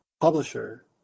publisher